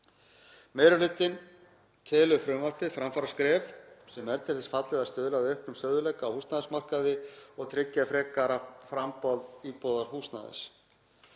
Meiri hlutinn telur frumvarpið framfaraskref sem er til þess fallið að stuðla að auknum stöðugleika á húsnæðismarkaði og tryggja frekara framboð íbúðarhúsnæðis.